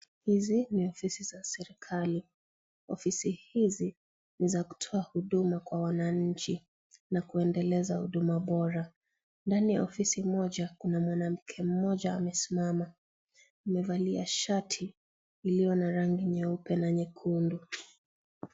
Hizi ni ofisi za kiserikali, ofisi hizi ni za kutoa huduma kwa wananchi na kuendeleza huduma bora. Ndani ya ofisi moja, kuna mwanamke mmoja amesimama. Amevalia shati lililo na rangi nyeupe na nyekundu.